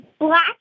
black